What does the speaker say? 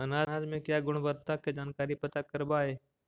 अनाज मे क्या गुणवत्ता के जानकारी पता करबाय?